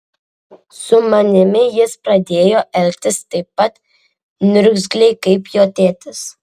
su manimi jis pradėjo elgtis taip pat niurzgliai kaip jo tėtis